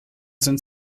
sind